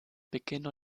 beginn